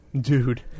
Dude